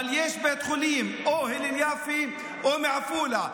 אבל יש בית חולים או הלל יפה או בעפולה,